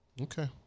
Okay